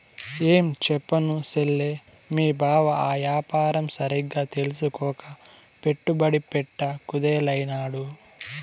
ఏంచెప్పను సెల్లే, మీ బావ ఆ యాపారం సరిగ్గా తెల్సుకోక పెట్టుబడి పెట్ట కుదేలైనాడు